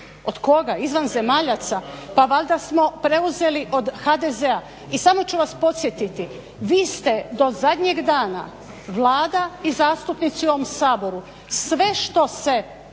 Od koga, izvanzemaljaca? Pa valjda smo preuzeli od HDZ-a. I samo ću vas podsjetiti vi ste do zadnjeg dana Vlada i zastupnici u ovom Saboru sve što se